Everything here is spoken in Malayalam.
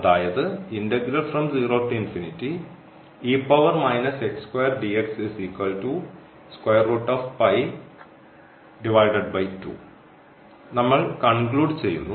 അതായത് നമ്മൾ കൺക്ലൂഡ് ചെയ്യുന്നു